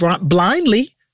blindly